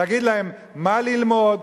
להגיד להם מה ללמוד,